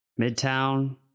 midtown